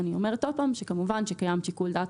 אני אומרת שוב שכמובן שקיים שיקול דעת